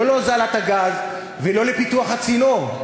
לא להוזלת הגז ולא לפיתוח הצינור.